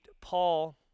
Paul